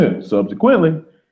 subsequently